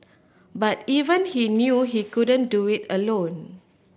but even he knew he couldn't do it alone